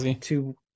two